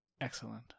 Excellent